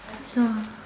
so